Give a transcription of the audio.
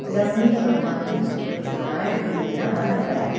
rummy संबंधी सूचनाएँ भेजना बंद करें